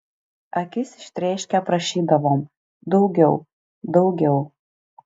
akis ištrėškę prašydavom daugiau daugiau